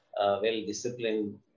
well-disciplined